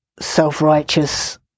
self-righteous